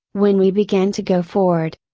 when we began to go forward.